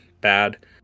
bad